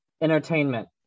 Entertainment